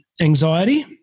anxiety